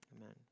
amen